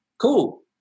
cool